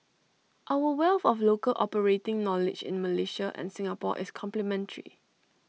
our wealth of local operating knowledge in Malaysia and Singapore is complementary